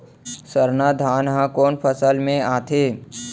सरना धान ह कोन फसल में आथे?